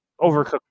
Overcooked